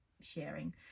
sharing